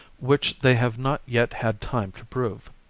which they have not yet had time to prove.